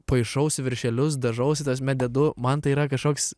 paišausi viršelius dažausi tas bet dedu man tai yra kažkoks